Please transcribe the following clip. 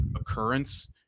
occurrence